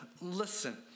listen